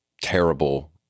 terrible